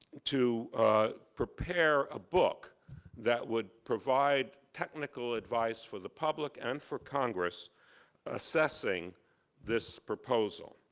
to prepare a book that would provide technical advice for the public and for congress assessing this proposal,